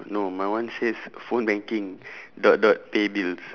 no my one says phone banking dot dot pay bills